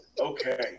Okay